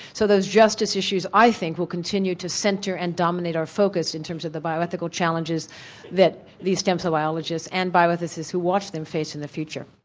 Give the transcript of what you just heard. so those justice issues i think will continue to centre and dominate our focus in terms of the bioethical challenges that these stem cell biologists and bioethicists who watch them face in the future.